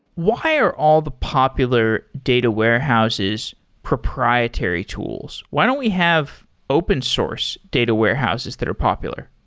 why are all the popular data warehouses proprietary tools? why don't we have open source data warehouses that are popular?